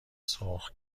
سرخ